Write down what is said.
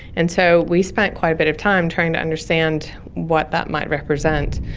and so we spent quite a bit of time trying to understand what that might represent.